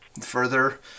further